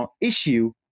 issue